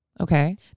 okay